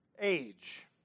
age